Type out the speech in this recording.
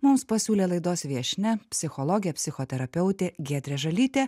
mums pasiūlė laidos viešnia psichologė psichoterapeutė giedrė žalytė